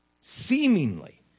Seemingly